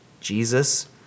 Jesus